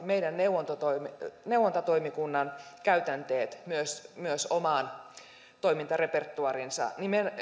meidän neuvontatoimikunnan neuvontatoimikunnan käytänteet myös myös omaan toimintarepertuaariinsa